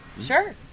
sure